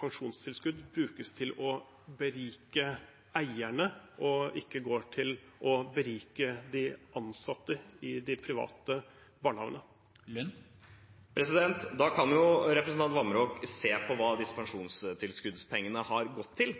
pensjonstilskudd, brukes til å berike eierne, og ikke går til å berike de ansatte i de private barnehagene? Representanten Vamraak kan jo se på hva disse pensjonstilskuddspengene har gått til.